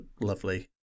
lovely